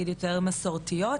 בנגב,